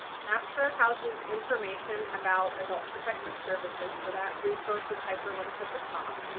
napsa houses information about adult protective services, so that resource is hyperlinked at the top.